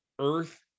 Earth